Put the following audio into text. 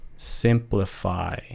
simplify